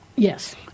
Yes